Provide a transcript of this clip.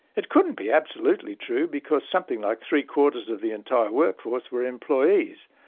it couldn't be absolutely true, because something like three quarters of the entire workforce were employees.